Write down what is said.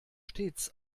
stets